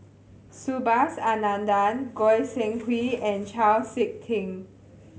Subhas Anandan Goi Seng Hui and Chau Sik Ting